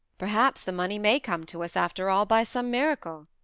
perhaps the money may come to us, after all, by some miracle,